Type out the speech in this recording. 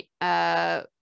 right